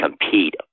compete